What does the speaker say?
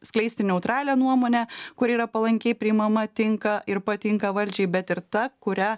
skleisti neutralią nuomonę kuri yra palankiai priimama tinka ir patinka valdžiai bet ir tą kurią